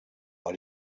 bei